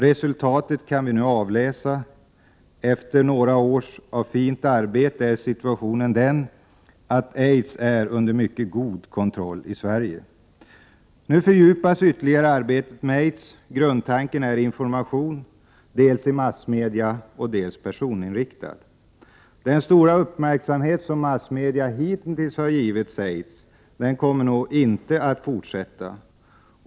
Resultatet kan vi nu avläsa: efter några år av fint arbete är situationen den att aids är under mycket god kontroll i Sverige. Nu fördjupas ytterligare arbetet med aids. Grundtanken är information, dels i massmedia, dels personinriktad. Den stora uppmärksamhet som massmedia hittills visat aidsfrågan kommer knappast att fortsätta.